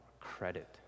credit